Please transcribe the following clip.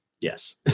yes